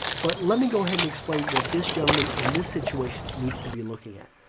but let me go ahead and explain what this gentleman in this situation needs to be looking at.